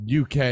uk